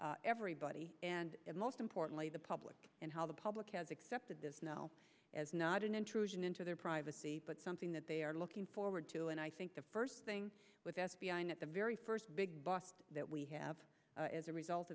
everybody and most importantly the public and how the public has accepted this now as not an intrusion into their privacy but something that they are looking forward to and i think the first thing with the f b i at the very first big box that we have as a result